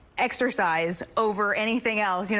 exercise over anything else.